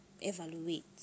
evaluate